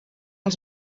als